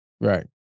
Right